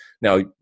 Now